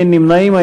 אין נמנעים.